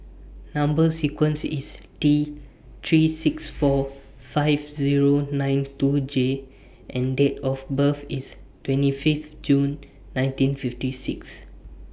Number sequence IS T three six four five Zero nine two J and Date of birth IS twenty Fifth June nineteen fifty six